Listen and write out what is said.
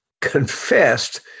confessed